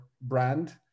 brand